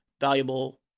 valuable